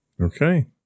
Okay